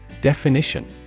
Definition